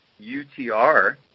UTR